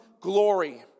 glory